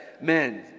Men